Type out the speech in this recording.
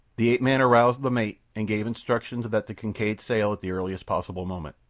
the ape-man aroused the mate and gave instructions that the kincaid sail at the earliest possible moment.